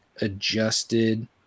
adjusted